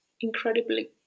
incredibly